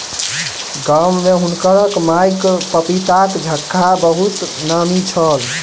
गाम में हुनकर माईक पपीताक झक्खा बहुत नामी छल